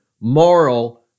moral